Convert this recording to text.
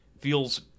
feels